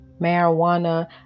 marijuana